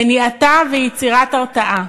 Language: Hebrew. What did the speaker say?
מניעתה ויצירת הרתעה.